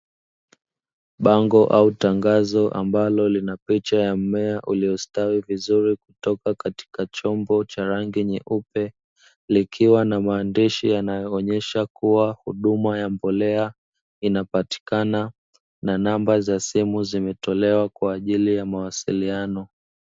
Bango au tangazo ambalo lina picha ya mmea uliostawi vizuri kutoka katika chombo cha rangi nyeupe, likiwa na maandishi yanayoonyesha kuwa huduma ya mbolea inapatikana, na namba za simu zimetolewa kwa ajili ya mawasiliano.